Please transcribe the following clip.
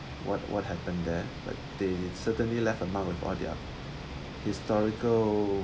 what what happened there like they certainly left a mark with all their historical